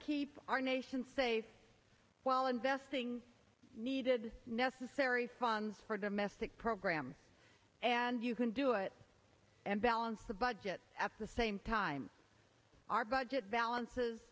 keep our nation safe while investing needed necessary funds for domestic programs and you can do it and balance the budget at the same time our budget balances